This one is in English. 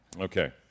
Okay